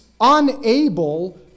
unable